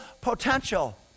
potential